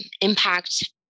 impact